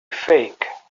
fake